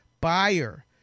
buyer